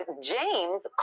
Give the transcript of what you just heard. James